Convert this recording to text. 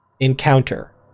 encounter